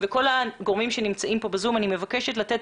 לא בהכרח המארגן מחויב שמד"א יאבטח את